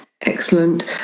Excellent